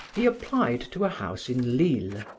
he applied to a house in lille,